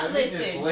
listen